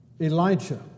Elijah